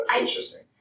interesting